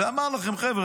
-- ואמר לכם: חבר'ה,